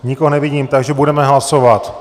Nikoho nevidím, takže budeme hlasovat.